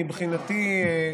מבחינתי,